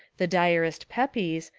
the diarist pepys,